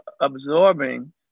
absorbing